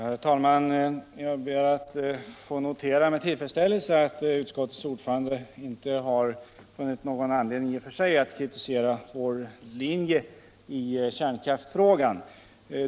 Herr talman! Jag ber att få notera med tillfredsställelse att utskottets ordförande inte har funnit någon anledning i och för sig att kritisera vår linje i kärnkraftsfrågan.